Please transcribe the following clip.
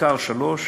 עיקר שלישי,